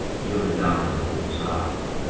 yielded diamond with a sigh.